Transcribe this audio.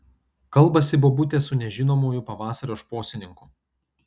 kalbasi bobutė su nežinomuoju pavasario šposininku